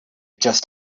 just